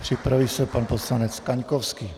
Připraví se pan poslanec Kaňkovský.